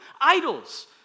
Idols